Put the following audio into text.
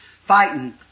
fighting